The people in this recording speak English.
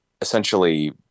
essentially